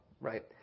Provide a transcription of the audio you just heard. right